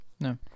No